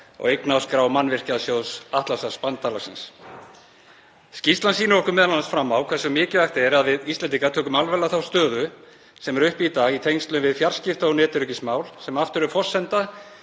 á eignaskrá Mannvirkjasjóðs Atlantshafsbandalagsins. Skýrslan sýnir okkur m.a. fram á hversu mikilvægt er að við Íslendingar tökum alvarlega þá stöðu sem er uppi í dag í tengslum við fjarskipta- og netöryggismál sem aftur er forsenda